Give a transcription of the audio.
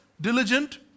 Diligent